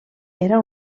era